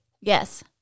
yes